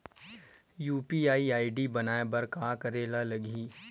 UPI ID बनाये बर का करे ल लगही?